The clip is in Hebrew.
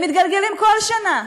הם מתגלגלים כל שנה.